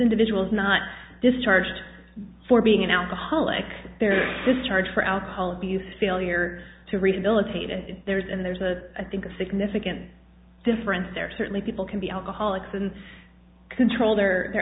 individual is not discharged for being an alcoholic discharge for alcohol abuse failure to rehabilitate and there's and there's a i think a significant difference there certainly people can be alcoholics and control their